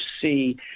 see